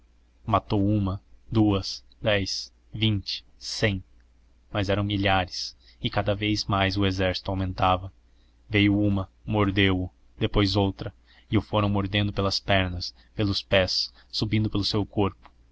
matou uma duas dez vinte cem mas eram milhares e cada vez mais o exército aumentava veio uma mordeu o depois outra e o foram mordendo pelas pernas pelos pés subindo pelo seu corpo